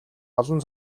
олон